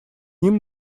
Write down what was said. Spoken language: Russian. ним